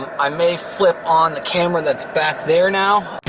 i may flip on the camera that's back there now.